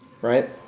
right